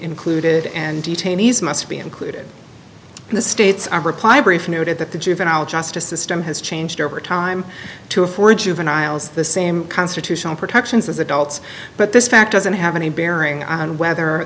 included and detainees must be included in the state's i reply brief noted that the juvenile justice system has changed over time to for juveniles the same constitutional protections as adults but this fact doesn't have any bearing on whether